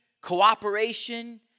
cooperation